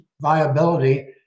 viability